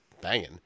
banging